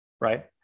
right